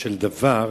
של דבר,